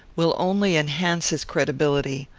will only enhance his credibility.